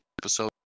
episode